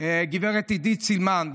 עידית סילמן,